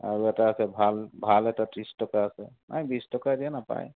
আৰু এটা আছে ভাল ভাল এটা ত্ৰিছ টকা আছে নাই বিশ টকা এতিয়া নাপায়